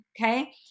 okay